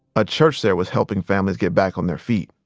a church there was helping families get back on their feet